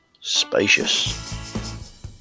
Spacious